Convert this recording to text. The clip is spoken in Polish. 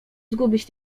zgubić